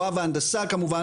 כולל חברי כנסת,